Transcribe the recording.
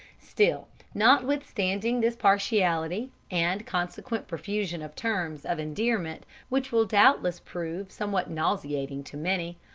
still, notwithstanding this partiality, and consequent profusion of terms of endearment, which will doubtless prove somewhat nauseating to many,